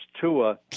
Tua